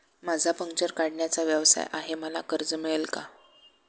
माझा पंक्चर काढण्याचा व्यवसाय आहे मला कर्ज मिळेल का?